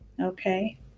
okay